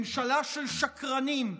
ממשלה של שקרנים,